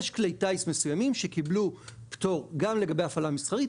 יש כלי טיס מסוימים שקיבלו פטור גם לגבי הפעלה מסחרית.